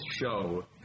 show